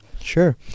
Sure